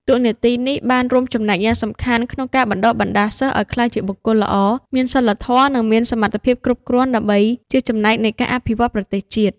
តួនាទីនេះបានរួមចំណែកយ៉ាងសំខាន់ក្នុងការបណ្តុះបណ្តាលសិស្សឱ្យក្លាយជាបុគ្គលល្អ មានសីលធម៌ និងមានសមត្ថភាពគ្រប់គ្រាន់ដើម្បីជាចំណែកនៃការអភិវឌ្ឈន៌ប្រទេសជាតិ។